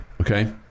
Okay